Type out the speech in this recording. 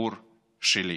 הסיפור שלי.